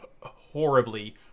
horribly